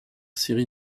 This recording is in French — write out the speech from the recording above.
série